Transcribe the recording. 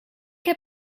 heb